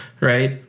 Right